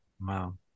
Wow